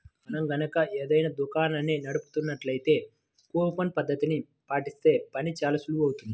మనం గనక ఏదైనా దుకాణాన్ని నడుపుతున్నట్లయితే కూపన్ పద్ధతిని పాటిస్తే పని చానా సులువవుతుంది